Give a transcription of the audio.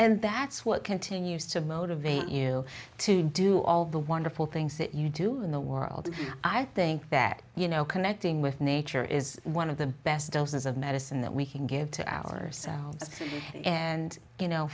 and that's what continues to motivate you to do all the wonderful things that you do in the world i think that you know connecting with nature is one of the best doses of medicine that we can give to ourselves and you know